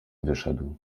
wyszedł